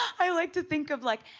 i like to think of, like,